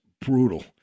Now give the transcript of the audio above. brutal